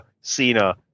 Cena